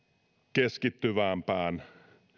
keskittyvämpään